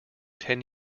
ten